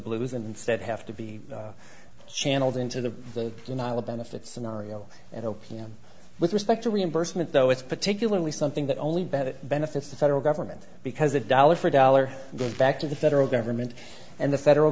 blues and instead have to be channeled into the denial of benefits scenario and opium with respect to reimbursement though it's particularly something that only better benefits the federal government because a dollar for dollar goes back to the federal government and the federal